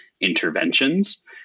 interventions